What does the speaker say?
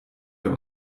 wir